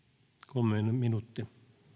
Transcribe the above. kolme minuuttia